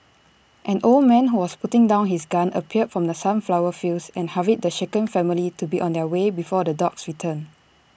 an old man who was putting down his gun appeared from the sunflower fields and hurried the shaken family to be on their way before the dogs return